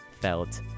felt